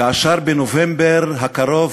כאשר בנובמבר הקרוב,